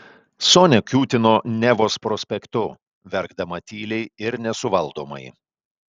sonia kiūtino nevos prospektu verkdama tyliai ir nesuvaldomai